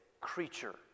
creature